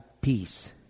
peace